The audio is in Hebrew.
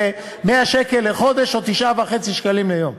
100 שקלים לחודש או 9.5 שקלים ליום.